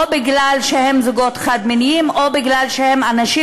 או מפני שהם זוגות חד-מיניים או מפני שהם אנשים